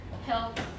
Help